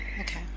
Okay